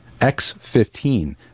x15